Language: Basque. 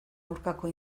aurkako